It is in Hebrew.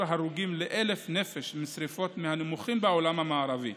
ההרוגים ל-1,000 נפש משרפות מהנמוכים בעולם המערבי.